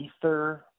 ether